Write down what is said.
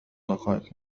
دقائق